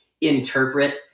interpret